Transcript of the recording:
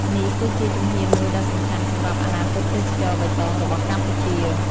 នេះគឺជាជំហានមួយដ៏សំខាន់សម្រាប់អនាគតទេសចរណ៍បៃតងរបស់កម្ពុជា។